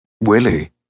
Willie